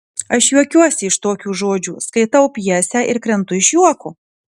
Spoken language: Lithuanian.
aš juokiuosi iš tokių žodžių skaitau pjesę ir krentu iš juoko